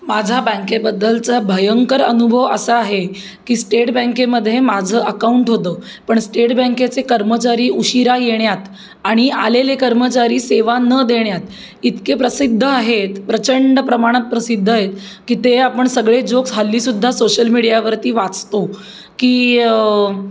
माझ्या बँकेबद्दलचा भयंकर अनुभव असा आहे की स्टेट बँकेमध्ये माझं अकाऊंट होतं पण स्टेट बँकेचे कर्मचारी उशिरा येण्यात आणि आलेले कर्मचारी सेवा न देण्यात इतके प्रसिद्ध आहेत प्रचंड प्रमाणात प्रसिद्ध आहेत की ते आपण सगळे जोक्स हल्लीसुद्धा सोशल मीडियावरती वाचतो की